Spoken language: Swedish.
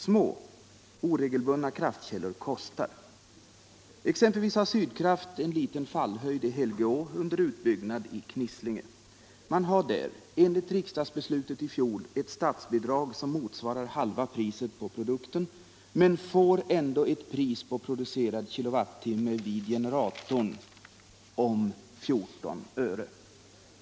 Små, oregelbundna kraftkällor kostar. Exempelvis har Sydkraft en liten fallhöjd i Helgeå under utbyggnad i Knislinge. Man har där, enligt riksdagsbeslutet i fjol, ett statsbidrag som motsvarar halva priset på produkten men får ändå ett pris på producerad kWh vid generatorn om 14 öre.